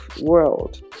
world